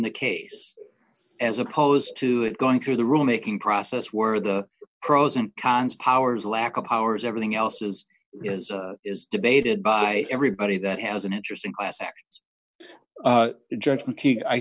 the case as opposed to it going through the rule making process where the pros and cons powers lack of powers everything else is is debated by everybody that has an interest in class act judge making i